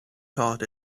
taught